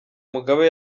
mugabe